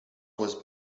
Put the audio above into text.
was